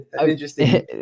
Interesting